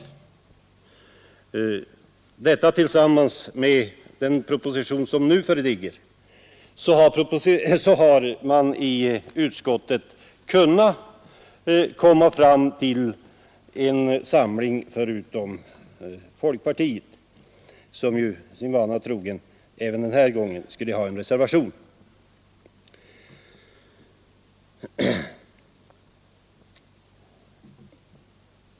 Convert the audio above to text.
Detta tillsammans med den proposition som nu föreligger har gjort det möjligt att komma fram till en samling — förutom folkpartiet, som ju sin vana troget även den här gången skulle ha en reservation.